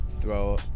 throw